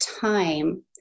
time